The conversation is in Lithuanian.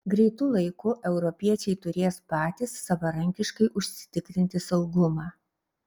greitu laiku europiečiai turės patys savarankiškai užsitikrinti saugumą